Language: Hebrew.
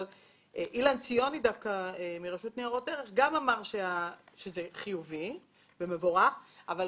אילן ציוני מרשות ניירות ערך אמר שזה חיובי ומבורך כל